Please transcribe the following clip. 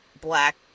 black